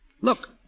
Look